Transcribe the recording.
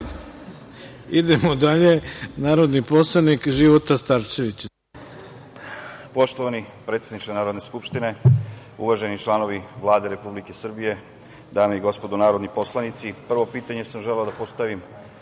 Života Starčević. **Života Starčević** Poštovani predsedniče Narodne skupštine, uvaženi članovi Vlade Republike Srbije dame i gospodo narodni poslanici, prvo pitanje sam želeo da postavim